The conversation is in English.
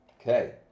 Okay